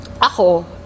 ako